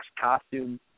costume